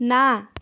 ନା